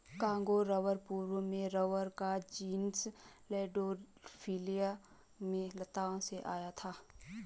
Congo rubber पूर्व में rubber का जीनस लैंडोल्फिया में लताओं से आया था